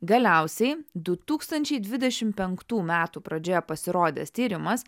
galiausiai du tūkstančiai dvidešim penktų metų pradžioje pasirodęs tyrimas